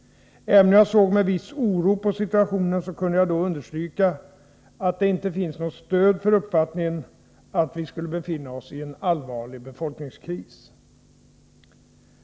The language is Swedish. Även om jag såg med viss oro på situationen så kunde jag då understryka att det inte finns något stöd för uppfattningen att vi skulle befinna oss i en allvarlig befolkningskris.